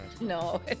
No